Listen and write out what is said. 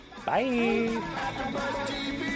Bye